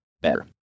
better